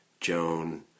Joan